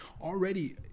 already